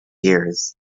years